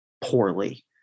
poorly